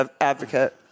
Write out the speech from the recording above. advocate